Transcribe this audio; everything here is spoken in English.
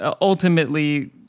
ultimately